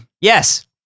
Yes